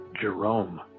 Jerome